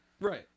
Right